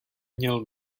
měl